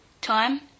Time